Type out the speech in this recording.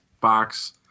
box